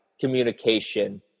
communication